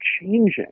changing